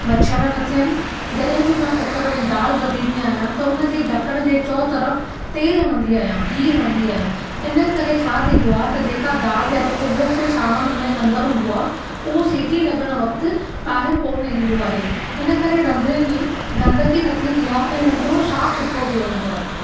मछर न थियनि जॾहिं बि मां कूकरु में दाल रधींदी आहियां त उन जे ढकण जे चौ तरफ़ु तेल हणंदी आहियां गिहु हणंदी आहियां इन करे छा थींदो आहे त जेका दाल या जेको ॿियो को सामानु उन जे अंदरि हूंदो आहे हुअ सिटी लॻणु वक़्तु ॿाहिरि कोन ईंदो आहे इन करे रंधिणे में गंदगी न थींदी आहे ऐं रंधिणो साफ़ु सुथरो पियो हूंदो आहे